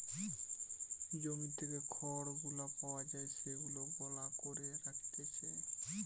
জমি থেকে যে খড় গুলা পাওয়া যায় সেগুলাকে গলা করে রাখতিছে